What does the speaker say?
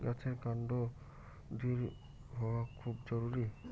গাছের কান্ড দৃঢ় হওয়া খুব জরুরি